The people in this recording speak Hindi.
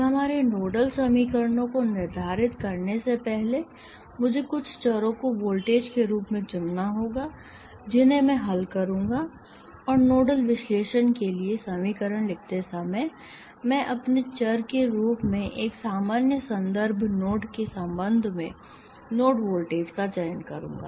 अब हमारे नोडल समीकरणों को निर्धारित करने से पहले मुझे कुछ चरों को वोल्टेज के रूप में चुनना होगा जिन्हें मैं हल करूंगा और नोडल विश्लेषण के लिए समीकरण लिखते समय मैं अपने चर के रूप में एक सामान्य संदर्भ नोड के संबंध में नोड वोल्टेज का चयन करूंगा